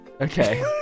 Okay